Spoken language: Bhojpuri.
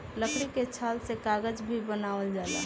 लकड़ी के छाल से कागज भी बनावल जाला